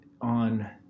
on